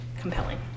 compelling